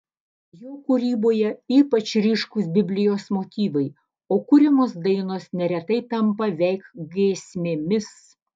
jo kūryboje ypač ryškūs biblijos motyvai o kuriamos dainos neretai tampa veik giesmėmis